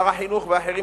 שר החינוך ואחרים,